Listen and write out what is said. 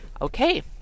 Okay